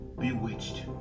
bewitched